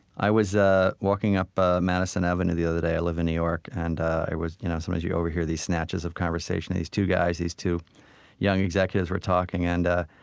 i was ah walking up ah madison avenue the other day. i live in new york. and i was you know sometimes you overhear these snatches of conversation. and these two guys, these two young executives, were talking, and